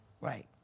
Right